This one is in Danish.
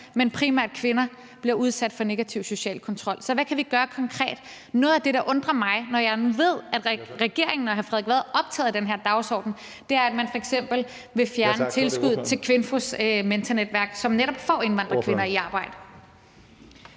med på – bliver udsat for negativ social kontrol. Så hvad kan vi gøre konkret? Noget af det, der undrer mig, når jeg nu ved, at regeringen og hr. Frederik Vad er optaget af den her dagsorden, er, at man f.eks. vil fjerne tilskuddet til KVINFO's mentornetværk, som netop får indvandrerkvinder i arbejde.